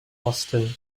boston